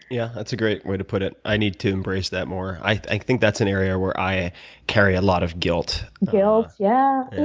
yeah, that's a great way to put it. i need to embrace that more. i i think that's an area where i carry a lot of guilt. guilt, yeah.